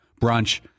brunch